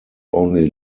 only